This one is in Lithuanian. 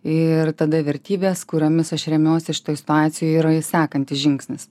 ir tada vertybės kuriomis aš remiuosi šitoj situacijoj yra sekantis žingsnis